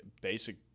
basic